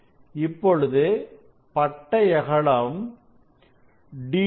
இப்பொழுது பட்டை அகலம் d2